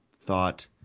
thought